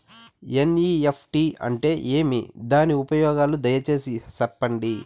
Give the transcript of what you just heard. NEFT అంటే ఏమి? దాని ఉపయోగాలు దయసేసి సెప్పండి?